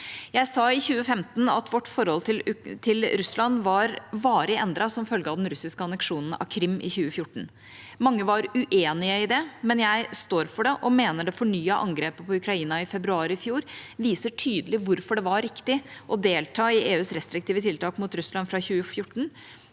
Jeg sa i 2015 at vårt forhold til Russland var varig endret som følge av den russiske anneksjonen av Krym i 2014. Mange var uenig i det, men jeg står for det og mener det fornyede angrepet på Ukraina i februar i fjor viser tydelig hvorfor det var riktig å delta i EUs restriktive tiltak mot Russland fra 2014,